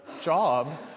job